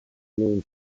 team